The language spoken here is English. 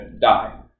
die